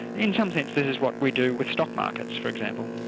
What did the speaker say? in some sense this is what we do with stock markets for example.